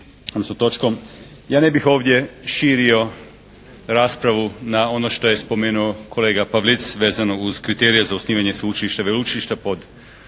Ja ne bih ovdje širio raspravu na ono što je spomenuo kolega Pavlic vezano uz kriterija za osnivanje sveučilišta, veleučilišta pod